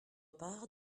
part